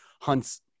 hunts